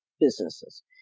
businesses